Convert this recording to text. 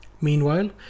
Meanwhile